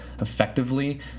effectively